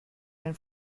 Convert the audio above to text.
ein